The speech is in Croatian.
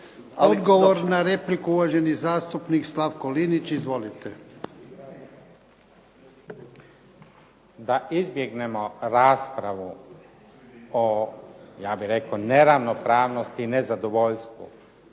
Odgovor na repliku uvaženi zastupnik Slavko Linić. Izvolite. **Linić, Slavko (SDP)** Da izbjegnemo raspravu o ja bih rekao neravnopravnosti i nezadovoljstvu